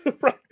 Right